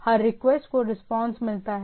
हर request को response मिलता है